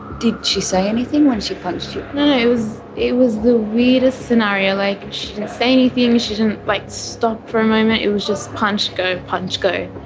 did she say anything when she punched you know was it was the weirdest scenario like she didn't say anything. she didn't like stop for a moment it was just punch, go, punch, go,